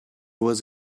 was